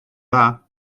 dda